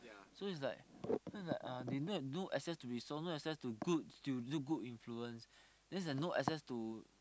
so is like so is like uh they no no access to resource no access to good to good influence so no assess to